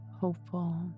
hopeful